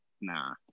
nah